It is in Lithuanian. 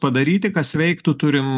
padaryti kas veiktų turim